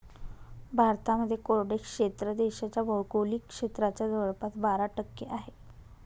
भारतामध्ये कोरडे क्षेत्र देशाच्या भौगोलिक क्षेत्राच्या जवळपास बारा टक्के आहे